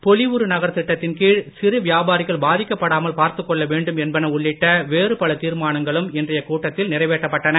பொளிவுறு நகர் திட்டத்தின் கீழ் சிறு வியாபாரிகள் பாதிக்கப்படாமல் பாத்துக்கொள்ள வேண்டும் என்பன உள்ளிட்ட வேறு பல தீர்மானங்களும் இன்றைய கூட்டத்தில் நிறைவேற்றப்பட்டன